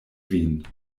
vin